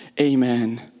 Amen